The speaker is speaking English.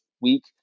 week